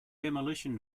demolition